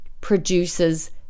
produces